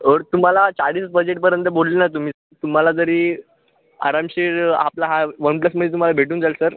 और तुम्हाला चाळीस बजेटपर्यंत बोललेला तुम्ही तुम्हाला जरी आरामशीर आपला हा वन प्लसमध्ये तुम्हाला भेटून जाईल सर